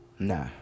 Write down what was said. Nah